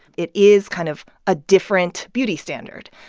it is kind of a different beauty standard.